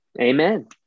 Amen